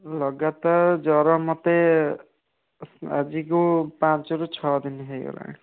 ଲଗାତର ଜର ମୋତେ ଆଜିକୁ ପାଞ୍ଚରୁ ଛଅଦିନ ହୋଇଗଲାଣି